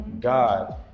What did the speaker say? God